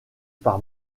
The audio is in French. par